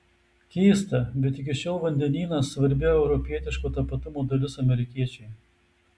keista bet iki šiol vandenynas svarbi europietiško tapatumo dalis amerikiečiui